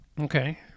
Okay